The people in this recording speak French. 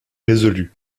résolus